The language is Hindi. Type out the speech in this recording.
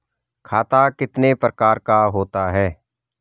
खाता कितने प्रकार का होता है?